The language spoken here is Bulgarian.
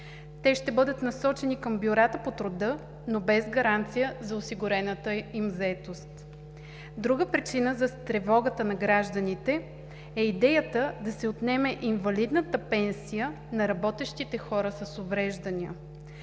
Те ще бъдат насочени към бюрата по труда, но без гаранция за осигурената им заетост. Друга причина за тревогата на гражданите е идеята да се отнеме инвалидната пенсия на работещите хора с увреждания.